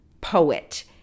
poet